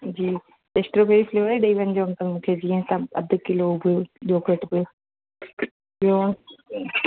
जी custard flavour तव्हां मूंखे ॾई वञिजो अधि किलो हुजे योगर्ट बी ॿियो